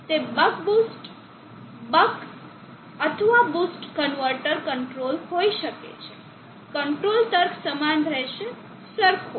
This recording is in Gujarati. તે બક બુસ્ટ અથવા બક બૂસ્ટ કન્વર્ટર કંટ્રોલ હોઈ શકે છે કંટ્રોલ તર્ક સમાન રહેશે સરખો